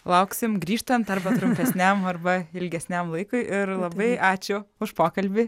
lauksim grįžtant arba trumpesniam arba ilgesniam laikui ir labai ačiū už pokalbį